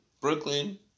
Brooklyn